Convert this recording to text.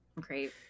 Great